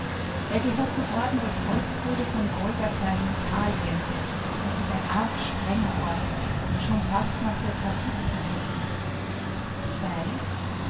er gehört zum orden der kreuzbrüder von golgatha in italien es ist ein arg strenger orden schon fast nach der trappistenregel ich weiß